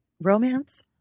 romance